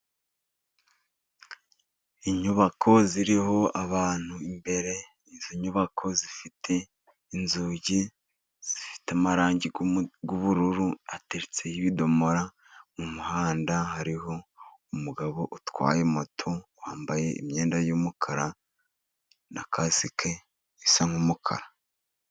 Inyubako iriho abantu imbere, iyi nyubako ifite inzugi zifite amarangi y'ubururu, hateretseho ibidomora. Mu muhanda hariho umugabo utwaye moto, wambaye imyenda y'umukara na kasike isa n'umukara.